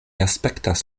aspektas